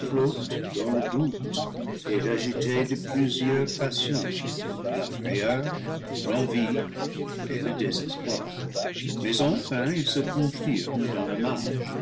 est agité de plusieurs passions la frayeur l'envie et le désespoir mais enfin il se confirme dans le mal